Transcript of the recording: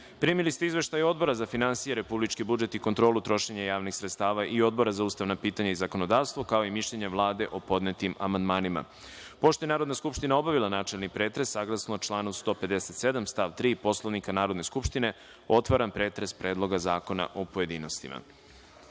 ste izveštaje Odbora za finansije, republički budžet i kontrolu trošenja javnih sredstava i Odbora za ustavna pitanja i zakonodavstvo, kao i mišljenje Vlade o podnetim amandmanima. Pošto je Narodna skupština obavila načelni pretres, saglasno članu 157. stav 3. Poslovnika Narodne skupštine, otvaram pretres Predloga zakona u pojedinostima. Na